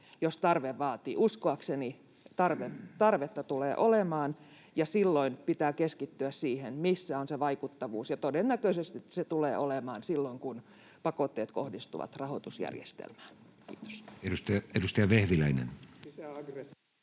jos tarve vaatii. Uskoakseni tarvetta tulee olemaan, ja silloin pitää keskittyä siihen, missä on se vaikuttavuus, ja todennäköisesti se tulee olemaan silloin, kun pakotteet kohdistuvat rahoitusjärjestelmään. — Kiitos. [Speech